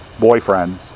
boyfriends